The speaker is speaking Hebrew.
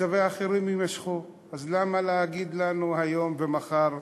מצבי החירום יימשכו, אז למה להגיד לנו היום ומחר?